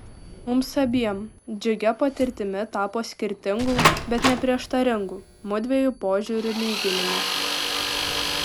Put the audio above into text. mums abiem džiugia patirtimi tapo skirtingų bet ne prieštaringų mudviejų požiūrių lyginimas